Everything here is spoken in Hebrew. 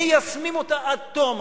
מיישמים אותה עד תום.